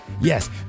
Yes